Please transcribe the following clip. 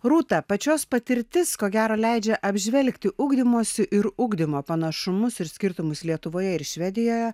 rūta pačios patirtis ko gero leidžia apžvelgti ugdymosi ir ugdymo panašumus ir skirtumus lietuvoje ir švedijoje